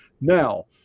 Now